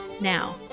Now